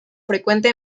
frecuente